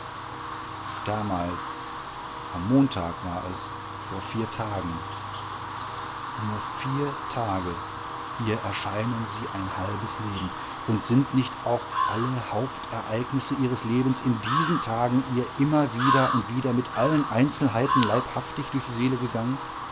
damals am montag war es vor vier tagen nur vier tage ihr erscheinen sie ein halbes leben und sind nicht auch alle hauptereignisse ihres lebens in diesen tagen ihr immer wieder und wieder mit allen einzelheiten leibhaftig durch die seele gegangen